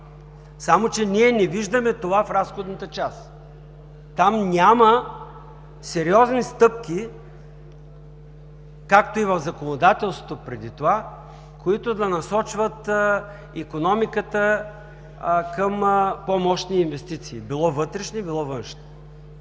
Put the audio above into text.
само че ние не виждаме това в разходната част. Там няма сериозни стъпки, както и в законодателството преди това, които да насочват икономиката към по-мощни инвестиции, било вътрешни, било външни.